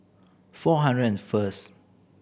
four hundred and first